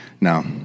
No